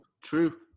True